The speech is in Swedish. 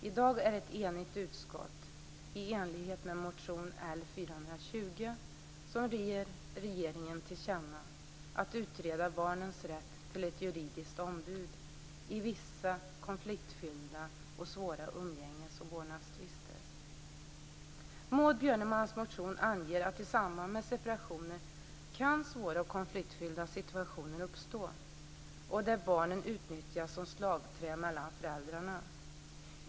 I dag är det ett enigt utskott som i enlighet med motion L420 ger regeringen till känna att utreda barnens rätt till ett juridiskt ombud i vissa konfliktfyllda och svåra umgänges och vårdnadstvister. Maud Björnemalms motion anger att i samband med separationen kan svåra och konfliktfyllda situationer uppstå där barnen utnyttjas som slagträ mellan föräldrarna.